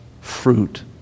fruit